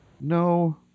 No